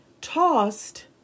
tossed